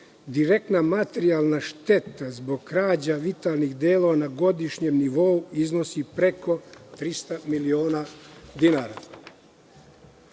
Direktna materijalna šteta zbog krađa vitalnih delova na godišnjem nivou iznosi preko 300 miliona dinara. Prema